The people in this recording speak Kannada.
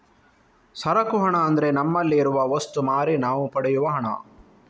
ಸರಕು ಹಣ ಅಂದ್ರೆ ನಮ್ಮಲ್ಲಿ ಇರುವ ವಸ್ತು ಮಾರಿ ನಾವು ಪಡೆಯುವ ಹಣ